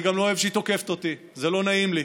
אני גם לא אוהב שהיא תוקפת אותי, זה לא נעים לי.